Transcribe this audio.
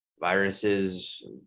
viruses